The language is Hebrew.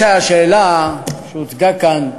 אני חושב שהשאלה שהוצגה כאן,